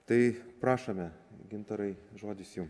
tai prašome gintarai žodis jum